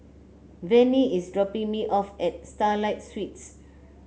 Vannie is dropping me off at Starlight Suites